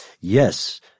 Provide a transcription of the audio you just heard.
Yes